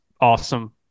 awesome